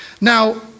Now